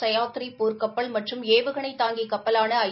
சயாத்ரி போர்க்கப்பல் மற்றும் ஏவுகனை தாங்கி கப்பலான ஐ